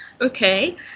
Okay